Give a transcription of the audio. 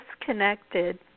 disconnected